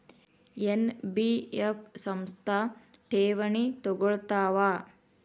NBF ಸಂಸ್ಥಾ ಠೇವಣಿ ತಗೋಳ್ತಾವಾ?